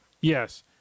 Yes